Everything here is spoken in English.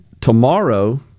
tomorrow